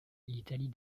l’italie